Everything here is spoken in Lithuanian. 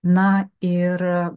na ir